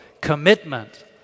commitment